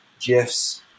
GIFs